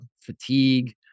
fatigue